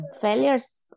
Failures